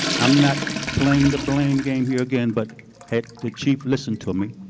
i'm not playing the blame game here, again, but had the chief listened to me.